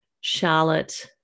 Charlotte